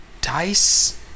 dice